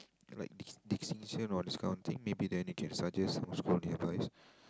like di~ distinction on this kind of thing maybe they only can suggest some school nearby